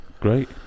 Great